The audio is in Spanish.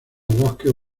bosques